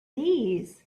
knees